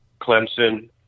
Clemson